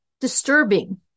disturbing